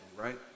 right